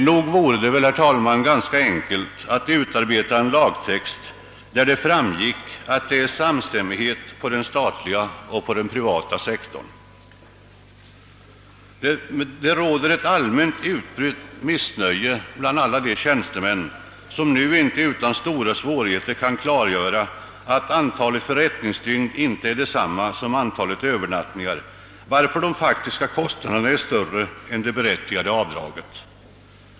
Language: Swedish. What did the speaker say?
Nog vore det väl, herr talman, ganska enkelt att utarbeta en lagtext, varav det framgick att det är samstämmighet på den statliga och den privata sektorn. Det råder ett allmän utbrett missnöje bland alla de tjänstemän som nu inte utan stora svårigheter kan klargöra, att antalet förrättningsdygn inte är detsamma som antalet övernattningar och de faktiska kostnaderna därmed större än det berättigade avdraget.